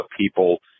people